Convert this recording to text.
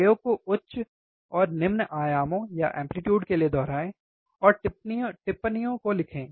प्रयोग को उच्च और निम्न आयामों के लिए दोहराएं और टिप्पणियों को लिखें